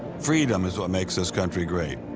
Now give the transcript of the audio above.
freedom is what makes this country great.